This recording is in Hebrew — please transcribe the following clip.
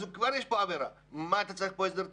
אז כבר יש כאן עבירה, מה אתה צריך כאן הסדר טיעון?